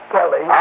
Kelly